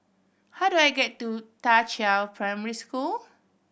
how do I get to Da Qiao Primary School